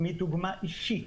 מדוגמה אישית.